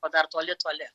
o dar toli toli